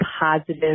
positive